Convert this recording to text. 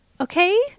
okay